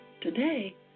Today